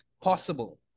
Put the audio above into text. possible